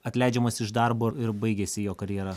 atleidžiamas iš darbo ir baigiasi jo karjera